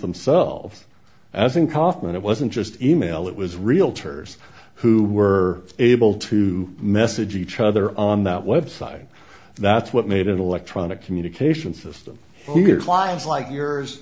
themselves i think kaufman it wasn't just email it was realtors who were able to message each other on that web site and that's what made an electronic communication system here clients like yours